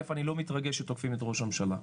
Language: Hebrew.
אל"ף, אני לא מתרגש שתוקפים את ראש הממשלה.